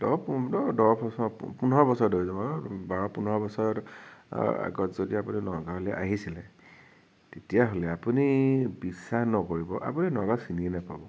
দহ পোন্ধৰ দহ বছ পোন্ধৰ বছৰ ধৰি লওক বাৰ পোন্ধৰ বছৰ আগত যদি আপুনি নগাঁৱলে আহিছিলে তেতিয়াহ'লে আপুনি বিশ্বাস নকৰিব আপুনি নগাওঁ চিনিয়ে নাপাব